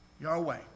Yahweh